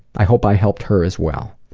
i hope i helped her as well.